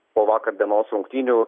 po vakar dienos rungtynių